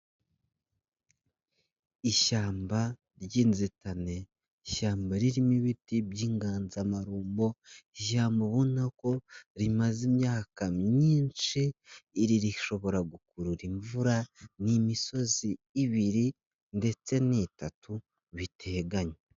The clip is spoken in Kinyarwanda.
Ishyamba ry'inzitane, ishyamba ririmo ibiti by'inganzamarumbo, ishyama ubona ko rimaze imyaka myinshi, iri rishobora gukurura imvura, ni imisozi ibiri ndetse ni itatu, biteganye.